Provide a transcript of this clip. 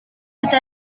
dydy